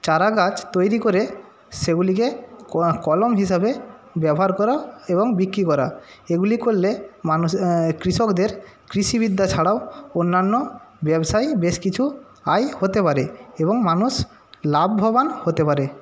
চারা গাছ তৈরি করে সেগুলিকে কলম হিসাবে ব্যবহার করা এবং বিক্রি করা এইগুলি করলে মানুষ কৃষকদের কৃষিবিদ্যা ছাড়াও অন্যান্য ব্যবসায় বেশ কিছু আয় হতে পারে এবং মানুষ লাভ্যবান হতে পারে